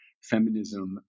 feminism